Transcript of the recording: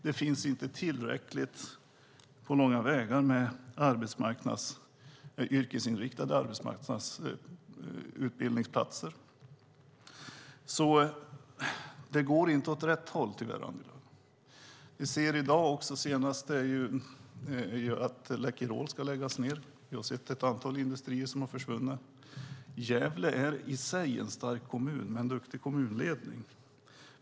Det finns inte på långa vägar tillräckligt med yrkesinriktade arbetsmarknadsutbildningsplatser. Det går tyvärr inte åt rätt håll, Annie Lööf. Det senaste är att Läkerol ska läggas ned. Vi har sett ett antal industrier som har försvunnit. Gävle är i sig en stark kommun med en duktig kommunledning.